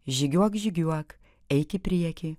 žygiuok žygiuok eik į priekį